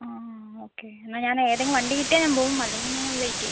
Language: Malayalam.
ഓക്കെ എന്നാൽ ഞാൻ എതെങ്കിലും വണ്ടി കിട്ടിയാൽ ഞാൻ പോകും അല്ലെങ്കിൽ ഞാൻ വെയിറ്റ് ചെയ്യും